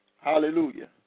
Hallelujah